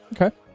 Okay